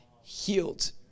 healed